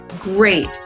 great